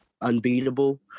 unbeatable